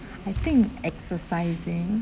I think exercising